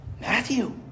Matthew